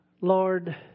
Lord